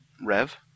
Rev